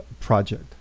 project